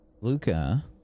Luca